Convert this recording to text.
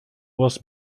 was